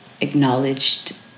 acknowledged